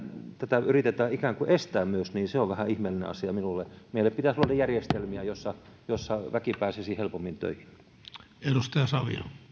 tätä yritetään myös ikään kuin estää on vähän ihmeellinen asia minulle meille pitäisi luoda järjestelmiä joissa väki pääsisi helpommin töihin